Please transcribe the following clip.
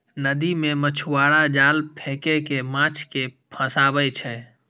नदी मे मछुआरा जाल फेंक कें माछ कें फंसाबै छै